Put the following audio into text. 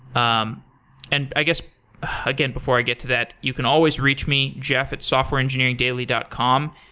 um and i guess again, before i get to that. you can always reach me, jeff at softwareengineerdaily dot com,